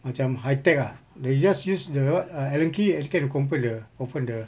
macam high tech ah they just use the what uh allen key and to open the open the